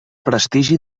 prestigi